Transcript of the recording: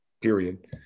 period